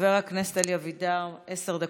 חבר הכנסת אלי אבידר, עשר דקות.